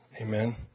Amen